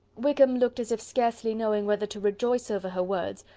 wickham looked as if scarcely knowing whether to rejoice over her words,